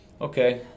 Okay